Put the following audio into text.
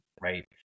Right